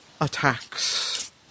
attacks